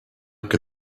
could